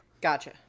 Gotcha